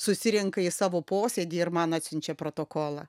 susirenka į savo posėdį ir man atsiunčia protokolą